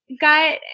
got